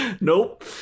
Nope